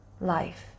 life